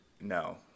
no